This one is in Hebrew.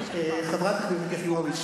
חברת הכנסת יחימוביץ,